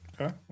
Okay